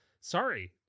Sorry